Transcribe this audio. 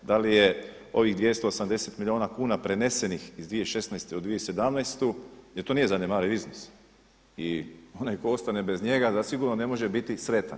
Da li je ovih 280 milijuna kuna prenesenih iz 2016. u 2017. jer to nije zanemariv iznos i onaj tko ostane bez njega zasigurno ne može biti sretan.